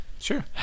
Sure